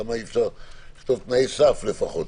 למה אי אפשר לכתוב תנאי סף לפחות?